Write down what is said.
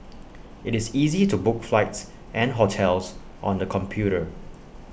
IT is easy to book flights and hotels on the computer